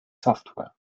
software